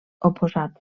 oposat